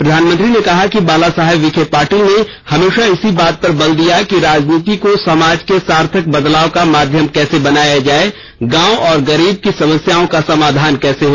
प्रधानमंत्री ने कहा कि बाला साहेब विखे पाटिल ने हमेशा इसी बात पर बल दिया कि राजनीति को समाज के सार्थक बदलाव का माध्यम कैसे बनाया जाए गांव और गरीब की समस्याओं का समाधान कैसे हो